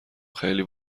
خیلی